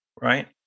right